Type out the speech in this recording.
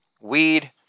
weed